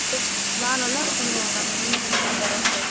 sir நான் நல்லா பண்ணுவேன் நல்லா க்ளீன் பண்ணியெலாம் தரேன் சார்